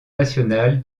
national